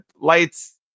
lights